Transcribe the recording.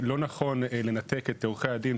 לא נכון לנתק את עורכי הדין,